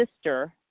sister